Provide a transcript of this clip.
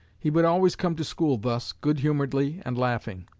he would always come to school thus, good-humoredly and laughing.